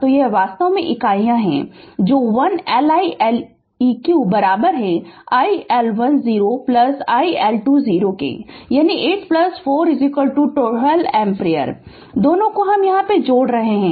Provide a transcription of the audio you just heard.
तो यह वास्तव में इकाइयाँ हैं जो l L i Leq iL10 iL20 यानी 8 4 12 एम्पीयर दोनों को हम जोड़ रहे हैं